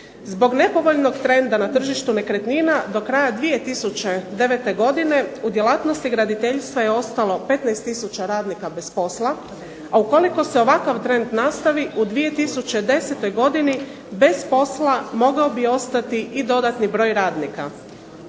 Zbog nepovoljnog trenda na tržištu nekretnina do kraja 2009. godine u djelatnosti graditeljstva je ostalo 15 tisuća radnika bez posla, a ukoliko se ovakav trend nastavi u 2010. godini bez posla mogao bi ostati i dodatni broj radnika.